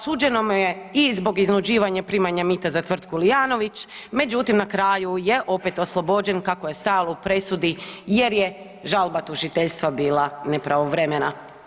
Suđeno mu je i zbog iznuđivanja i primanja mita za tvrtku Lijanović, međutim na kraju je opet oslobođen kako je stajalo u presudi jer je žalba tužiteljstva bila nepravovremena.